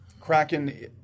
Kraken